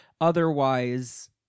otherwise